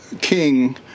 King